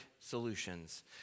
solutions